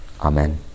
Amen